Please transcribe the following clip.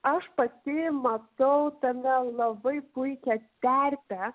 aš pati matau tame labai puikią terpę